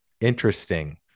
interesting